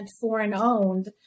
foreign-owned